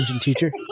teacher